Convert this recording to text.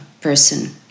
person